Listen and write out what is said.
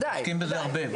עוסקים בזה הרבה בוודאי.